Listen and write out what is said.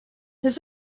his